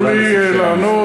תנו לי לענות.